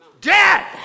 Dead